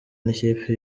n’ikipe